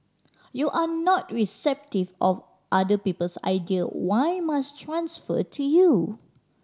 you are not receptive of other people's idea why must transfer to you